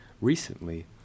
Recently